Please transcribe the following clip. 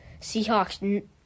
Seahawks